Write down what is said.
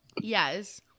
Yes